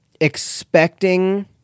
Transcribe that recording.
expecting